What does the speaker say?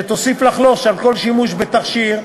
שתוסיף לחלוש על כל שימוש בתכשיר.